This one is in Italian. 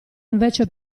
invece